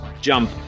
jump